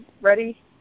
ready